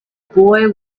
boy